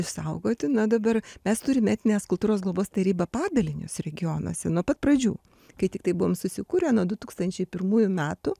išsaugoti na dabar mes turim etninės kultūros globos taryba padalinius regionuose nuo pat pradžių kai tiktai buvom susikūrę nuo du tūkstančiai pirmųjų metų